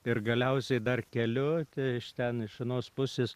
ir galiausiai dar keliu iš ten iš anos pusės